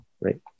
Right